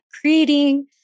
creating